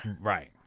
Right